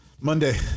Monday